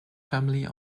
family